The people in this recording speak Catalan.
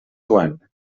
joan